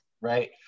Right